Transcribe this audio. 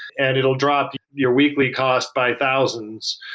and it will drop your weekly cost by thousands.